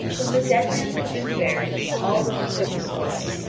when the dead man had been buried, all the people dispersed,